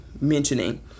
mentioning